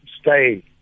stay